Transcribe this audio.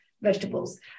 vegetables